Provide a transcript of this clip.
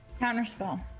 Counterspell